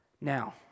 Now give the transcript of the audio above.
Now